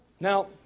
Now